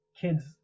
kids